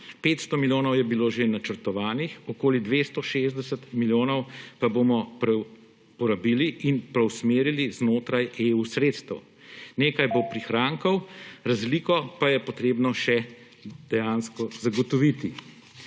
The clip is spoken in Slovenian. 500 milijonov je bilo že načrtovanih, okoli 260 milijonov pa bomo porabili in preusmerili znotraj sredstev EU. Nekaj bo prihrankov, razliko pa je potrebno še dejansko zagotoviti.